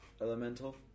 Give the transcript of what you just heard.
elemental